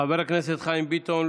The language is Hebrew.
חבר הכנסת חיים ביטון,